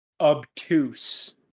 Obtuse